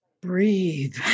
breathe